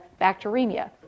bacteremia